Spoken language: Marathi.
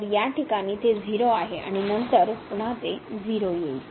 तर या ठिकाणी ते 0 आहे आणि नंतर ते पुन्हा 0 येईल